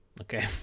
Okay